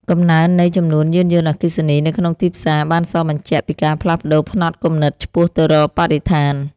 កំណើននៃចំនួនយានយន្តអគ្គិសនីនៅក្នុងទីផ្សារបានសបញ្ជាក់ពីការផ្លាស់ប្តូរផ្នត់គំនិតឆ្ពោះទៅរកបរិស្ថាន។